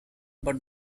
but